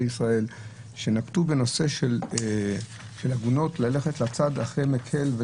ישראל נקטו בנושא העגונות ללכת לצד הכי מקל.